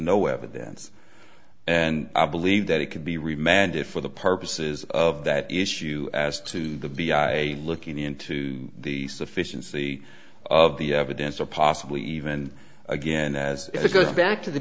no evidence and i believe that it could be remanded for the purposes of that issue as to the b i looking into the sufficiency of the evidence or possibly even again as it goes back to the